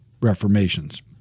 reformations